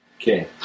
Okay